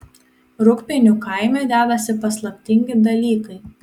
rūgpienių kaime dedasi paslaptingi dalykai